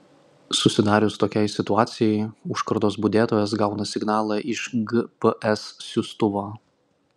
susidarius tokiai situacijai užkardos budėtojas gauna signalą iš gps siųstuvo